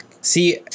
See